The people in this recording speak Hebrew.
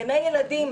גני ילדים,